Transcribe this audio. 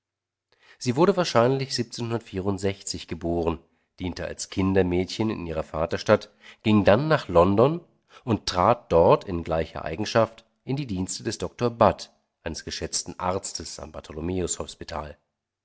sie wurde wahrscheinlich geboren diente als kindermädchen in ihrer vaterstadt ging dann nach london und trat dort in gleicher eigenschaft in die dienste des dr budd eines geschätzten arztes am